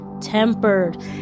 tempered